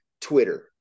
Twitter